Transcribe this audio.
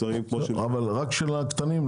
רק של הקטנים?